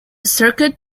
circuit